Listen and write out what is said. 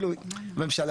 הממשלה